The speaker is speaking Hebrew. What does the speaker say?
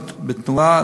להיות בתנועה,